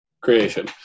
creation